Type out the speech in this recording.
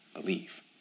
Believe